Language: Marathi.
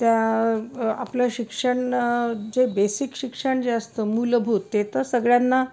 त्या आपलं शिक्षण जे बेसिक शिक्षण जे असतं मूलभूत ते तर सगळ्यांना